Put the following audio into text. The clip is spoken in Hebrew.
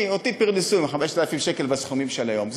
אותי פרנסו עם 5,000 שקל בסכומים של היום,